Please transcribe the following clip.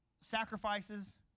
sacrifices